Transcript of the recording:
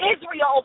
Israel